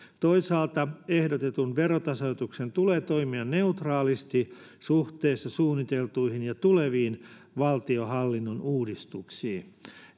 toisaalta ehdotetun verotasoituksen tulee toimia neutraalisti suhteessa suunniteltuihin ja tuleviin valtionhallinnon uudistuksiin